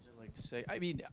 like to say. i mean,